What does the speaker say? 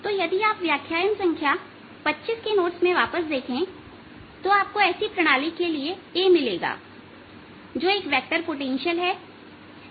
तो यदि आप व्याख्यान संख्या 25 के नोट्स में वापस देखें तो आपको ऐसी प्रणाली के लिए A मिलेगा जो एक वेक्टर पोटेंशियल है